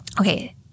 Okay